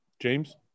James